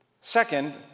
Second